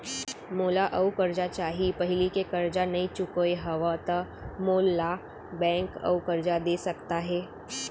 मोला अऊ करजा चाही पहिली के करजा नई चुकोय हव त मोल ला बैंक अऊ करजा दे सकता हे?